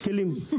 נכון.